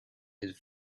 did